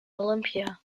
olympia